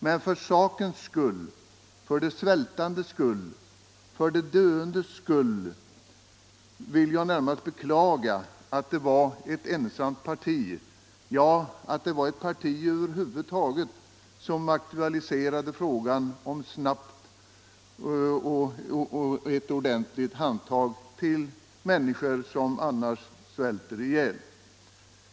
Men för sakens skull, för de svältandes skull, för de döendes skull vill jag närmast beklaga att det var ett ensamt parti, ja, att det var ett parti över huvud taget, som aktualiserade frågan om ett snabbt och ordentligt handtag till människor som annars svälter ihjäl.